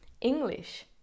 English